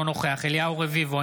אינו נוכח אליהו רביבו,